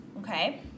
okay